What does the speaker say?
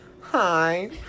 hi